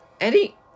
Eddie